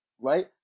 right